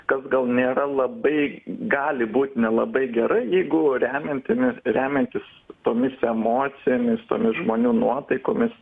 kas gal nėra labai gali būt nelabai gerai jeigu remiantiami remiantis tomis emocijomis tomis žmonių nuotaikomis